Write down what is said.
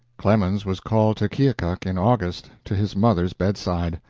clemens was called to keokuk in august, to his mother's bedside.